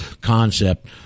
concept